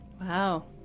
Wow